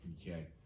Okay